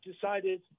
decided